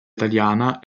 italiana